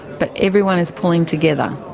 but everyone is pulling together.